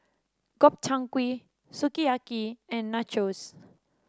Gobchang Gui Sukiyaki and Nachos